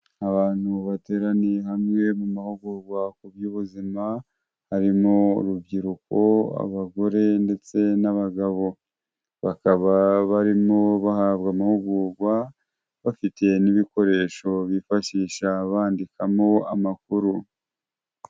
Abantu bateraniye hamwe, mu mahugurwa ku by'ubuzima, harimo urubyiruko, abagore ndetse n'abagabo, bakaba barimo bahabwa amahugurwa, bafite n'ibikoresho bifashisha bandikamo amakuru.